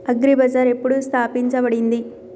Agri Bazaar ఎప్పుడు స్థాపించబడింది?